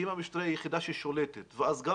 כי אם המשטרה היא היחידה ששולטת ואז גם